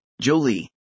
Jolie